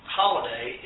holiday